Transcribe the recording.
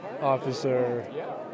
officer